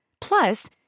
Plus